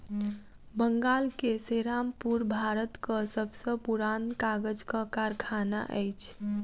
बंगाल के सेरामपुर भारतक सब सॅ पुरान कागजक कारखाना अछि